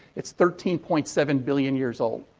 it's thirteen point seven billion years old.